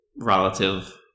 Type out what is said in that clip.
relative